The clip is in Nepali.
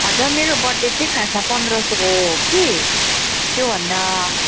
हजुर मेरो बजेट चाहिँ खासमा पन्ध्र सय हो कि त्यो भन्दा